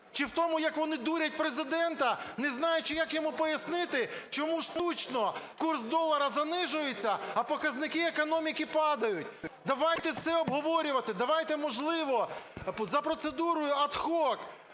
Чи в тому, як вони дурять Президента, не знаючи, як йому пояснити, чому штучно курс долара занижується, а показники економіки падають. Давайте це обговорювати. Давайте, можливо, за процедурою ad